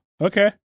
okay